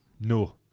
No